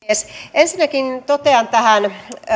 ensinnäkin totean